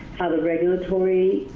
how the regulatory